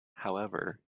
however